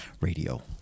radio